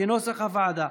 כנוסח הוועדה.